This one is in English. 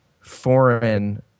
foreign